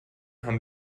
haben